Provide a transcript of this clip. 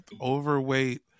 overweight